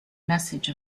message